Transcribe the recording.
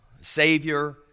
savior